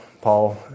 Paul